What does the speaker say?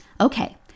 Okay